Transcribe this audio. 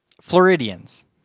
Floridians